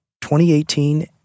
2018